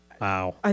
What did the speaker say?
Wow